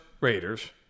Raiders